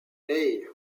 hey